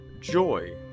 joy